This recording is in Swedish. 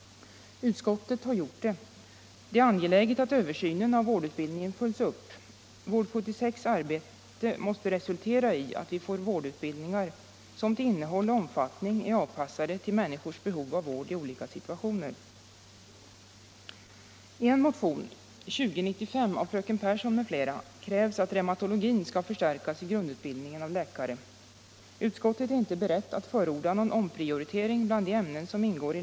Utskottet har gjort det. Det är angeläget att översynen av vårdutbildningen följs upp. Vård-76:s arbete måste resultera i att vi får vårdutbildningar som till innehåll och omfattning är avpassade till människors behov av vård i olika situationer. Herr talman!